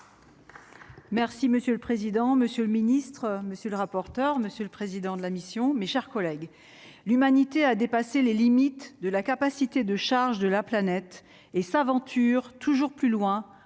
Merci monsieur le président, monsieur le ministre, monsieur le rapporteur, monsieur le président de la mission, mes chers collègues, l'Humanité a dépassé les limites de la capacité de charge de la planète et s'aventurent toujours plus loin en